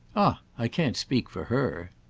ah i can't speak for her!